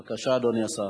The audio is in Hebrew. בבקשה, אדוני השר.